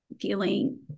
feeling